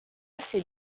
c’est